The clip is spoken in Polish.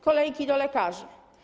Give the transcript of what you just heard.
Kolejki do lekarzy.